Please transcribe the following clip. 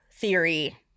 theory